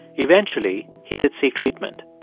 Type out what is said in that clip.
eventually, he did seek treatment,